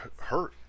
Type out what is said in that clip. hurt